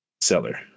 seller